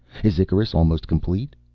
is icarus almost complete?